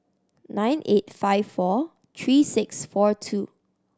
nine eight five four three six four two